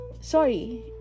sorry